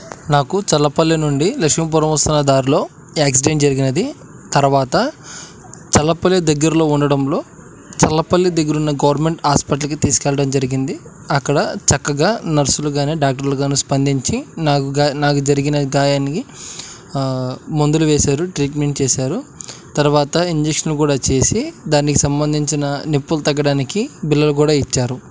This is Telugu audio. నాకు చల్లపల్లి నుండి లక్ష్మీపురం వస్తున్న దారిలో యాక్సిడెంట్ జరిగినది తర్వాత చల్లపల్లి దగ్గరలో ఉండడంలో చల్లపల్లి దగ్గర ఉన్న గవర్నమెంట్ హాస్పిటల్కి తీసుకువెళ్ళడం జరిగింది అక్కడ చక్కగా నర్సులు కానీ డాక్టర్లు కానీ స్పందించి నాకు నాకు జరిగిన గాయానికి మందులు వేశారు ట్రీట్మెంట్ చేశారు తర్వాత ఇంజక్షన్లు కూడా చేసి దానికి సంబంధించిన నొప్పులు తగ్గడానికి బిల్లలు కూడా ఇచ్చారు